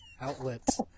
outlets